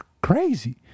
crazy